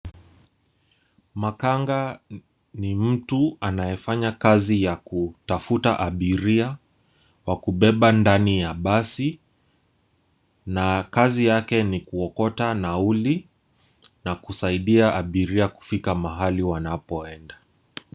Makanga ni mtu anayefanya kazi ya kutafuta abiria wa kubeba ndani ya basi na kazi yake ni kuokota nauli na kusaidia abiria kufika mahali wanapoenda.